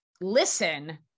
listen